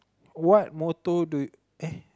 what motto do you eh